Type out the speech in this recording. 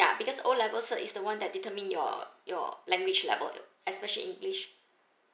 ya because O level cert is the one that determine your your language level especially english